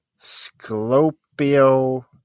Sclopio